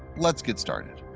let us get started.